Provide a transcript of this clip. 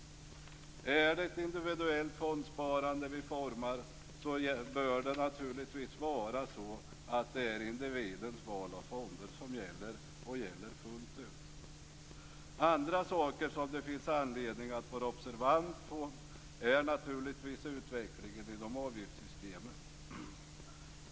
Är det ett individuellt fondsparande vi formar bör det naturligtvis vara individens val av fonder som gäller fullt ut. Andra saker som det finns anledning att vara observant på är utvecklingen inom avgiftssystemet.